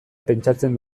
pentsatzen